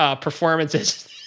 performances